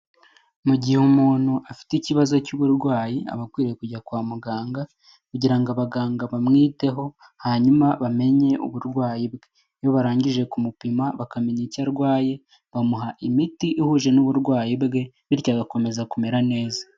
Mu gihe umuntu afite ikibazo cy'uburwayi aba akwiriye kujya kwa muganga kugira ngo abaganga bamwiteho hanyuma bamenye uburwayi bwe. Iyo barangije kumupima bakamenya icyo arwaye, bamuha imiti ihuje n'uburwayi bwe bityo agakomeza kumera neza.